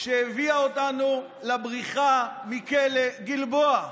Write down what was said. שהביאה אותנו לבריחה מכלא גלבוע.